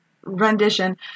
Rendition